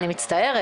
אני מצטערת.